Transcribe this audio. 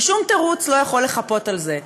ושום תירוץ לא יכול לחפות על זה,